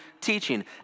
teaching